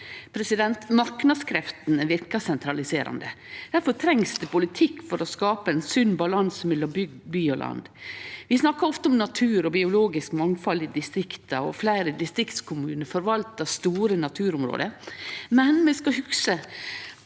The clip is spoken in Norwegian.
og by. Marknadskreftene verkar sentraliserande. Difor trengst det politikk for å skape ein sunn balanse mellom by og land. Vi snakkar ofte om natur og biologisk mangfald i distrikta, og fleire distriktskommunar forvaltar store naturområde, men vi skal hugse